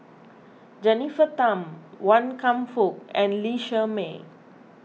Jennifer Tham Wan Kam Fook and Lee Shermay